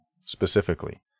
specifically